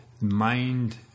mind